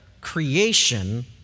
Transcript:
creation